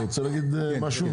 אתה רוצה להגיד משהו?